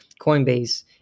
coinbase